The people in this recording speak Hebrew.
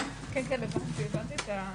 לכולם.